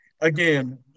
again